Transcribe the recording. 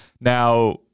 Now